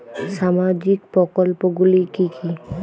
সামাজিক প্রকল্পগুলি কি কি?